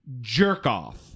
jerk-off